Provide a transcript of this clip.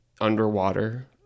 underwater